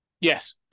Yes